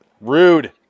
Rude